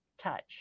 touch